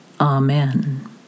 Amen